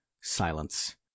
Silence